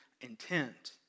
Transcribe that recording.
intent